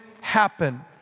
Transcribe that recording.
happen